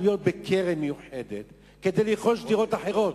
להיות בקרן מיוחדת כדי לרכוש דירות אחרות.